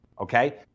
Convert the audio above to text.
Okay